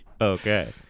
Okay